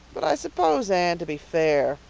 but i s'pose, anne, to be fair,